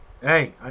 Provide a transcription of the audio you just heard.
Hey